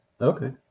okay